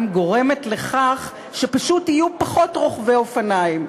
גורמות לכך שפשוט יהיו פחות רוכבי אופניים.